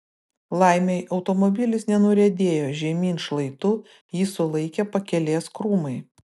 laimei automobilis nenuriedėjo žemyn šlaitu jį sulaikė pakelės krūmai